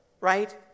right